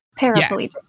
Paraplegic